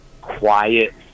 quiet